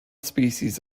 species